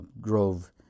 grove